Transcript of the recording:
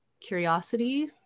curiosity